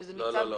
שזה ניצב משנה.